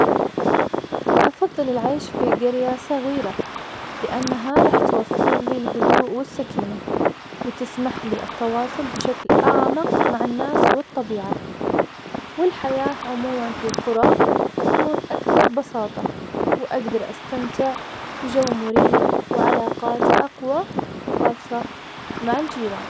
افضل العيش في قرية صغيرة. لانها راح توفر لي الهدوء والسكينة. وتسمح لي التواصل بشكل اعمق مع الناس والطبيعة. والحياة عموما في القرى تكون اكثر بساطة. واقدر استمتع بجو مريح علاقات اقوى وخاصة مع الجيران